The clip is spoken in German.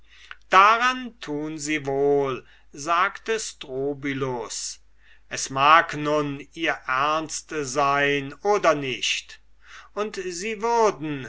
daran tun sie wohl sagte strobylus es mag nun ihr ernst sein oder nicht und sie würden